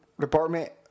department